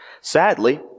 Sadly